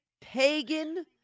Pagan